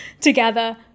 together